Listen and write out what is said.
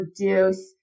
reduce